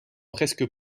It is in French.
presque